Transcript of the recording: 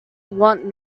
want